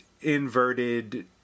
inverted